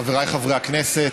חבריי חברי הכנסת,